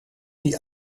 die